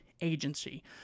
Agency